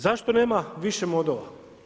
Zašto nema više modova?